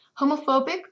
homophobic